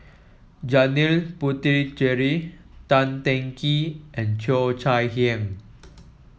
Janil Puthucheary Tan Teng Kee and Cheo Chai Hiang